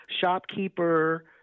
shopkeeper